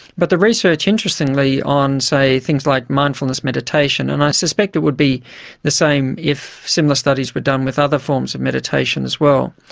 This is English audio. but the research, interestingly, on things like mindfulness meditation, and i suspect it would be the same if similar studies were done with other forms of meditation as well,